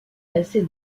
basée